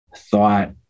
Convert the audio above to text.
thought